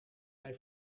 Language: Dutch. mij